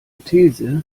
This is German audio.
these